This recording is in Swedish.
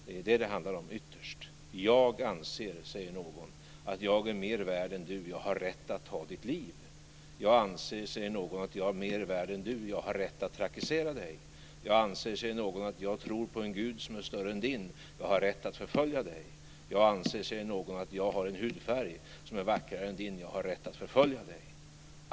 Det är det det handlar om ytterst. "Jag anser", säger någon, "att jag är mer värd än du. Jag har rätt att ta ditt liv." "Jag anser", säger någon, "att jag är mer värd än du. Jag har rätt att trakassera dig." "Jag anser", säger någon, "att jag tror på en gud som är större än din. Jag har rätt att förfölja dig." "Jag anser", säger någon, "att jag har en hudfärg som är vackrare än din. Jag har rätt att förfölja dig."